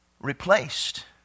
replaced